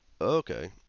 Okay